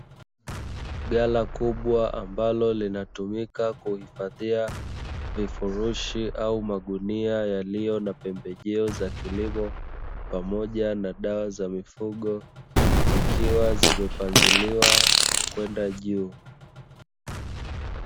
Ghala kubwa ambalo linatumika kuhifadhia vifurushi au magunia yaliyo na pembejeo za kilimo, pamoja na dawa za mifugo, zikiwa zimepangiliwa kwenda juu.